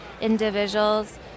individuals